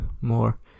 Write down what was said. more